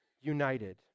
united